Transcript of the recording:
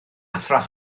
athro